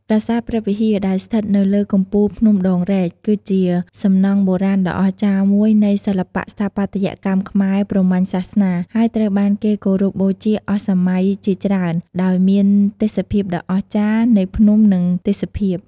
ប្រាសាទព្រះវិហារ ដែលស្ថិតនៅលើកំពូលភ្នំដងរែក គឺជាសំណង់បុរាណដ៏អស្ចារ្យមួយនៃសិល្បៈស្ថាបត្យកម្មខ្មែរព្រហ្មញ្ញសាសនា ហើយត្រូវបានគេគោរពបូជាអស់សម័យជាច្រើន ដោយមានទេសភាពដ៏អស្ចារ្យនៃភ្នំនិងទេសភាព ។